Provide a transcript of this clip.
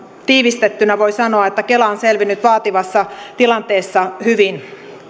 tiivistettynä voi sanoa että kela on selvinnyt vaativassa tilanteessa hyvin